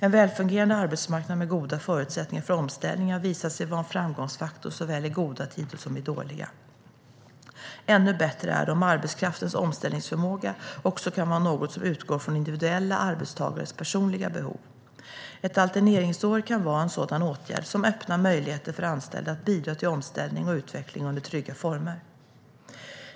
En välfungerande arbetsmarknad med goda förutsättningar för omställning har visat sig vara en framgångsfaktor såväl i goda tider som i dåliga. Ännu bättre är det om arbetskraftens omställningsförmåga också kan vara något som utgår ifrån individuella arbetstagares personliga behov. Ett alterneringsår kan vara en sådan åtgärd som öppnar möjligheter för anställda att bidra till omställning och utveckling under trygga former.